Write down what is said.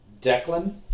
Declan